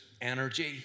energy